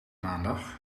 maandag